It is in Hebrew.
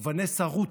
ונסה רות,